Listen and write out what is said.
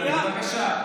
למה לדבר ככה.